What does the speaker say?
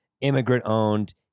immigrant-owned